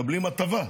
מקבלים הטבה.